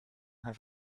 have